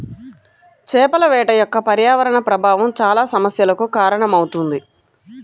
చేపల వేట యొక్క పర్యావరణ ప్రభావం చాలా సమస్యలకు కారణమవుతుంది